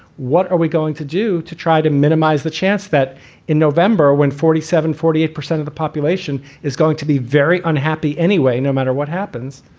what are we going to do to try to minimize the chance that in november, when forty seven, forty eight percent of the population is going to be very unhappy anyway, no matter what happens,